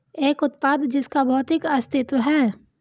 एक उत्पाद जिसका भौतिक अस्तित्व है?